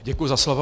Děkuji za slovo.